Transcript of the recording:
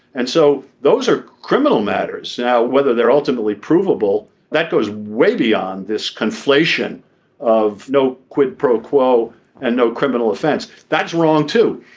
and so those are criminal matters. now whether they're ultimately provable that goes way beyond this conflation of no quid pro quo and no criminal offense. that's wrong too.